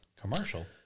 Commercial